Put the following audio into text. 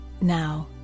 now